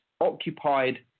occupied